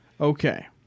Okay